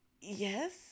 Yes